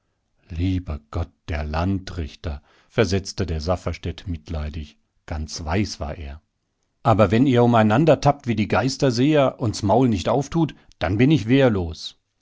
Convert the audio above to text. lieber gott der landrichter versetzte der safferstätt mitleidig ganz weiß war er aber wenn ihr umeinandertappt wie die geisterseher und s maul nicht auftut dann bin ich wehrlos